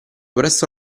presto